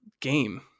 game